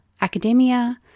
academia